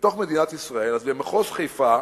אז במחוז חיפה,